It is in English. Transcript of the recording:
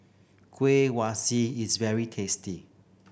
kueh is very tasty